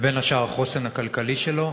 ובין השאר החוסן הכלכלי שלו,